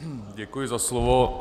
Děkuji za slovo.